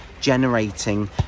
generating